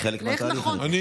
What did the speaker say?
לאיך נכון.